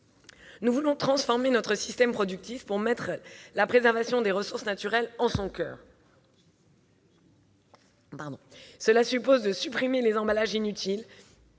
Nous voulons transformer notre système productif pour mettre la préservation des ressources naturelles en son coeur. Cela suppose de supprimer les emballages inutiles,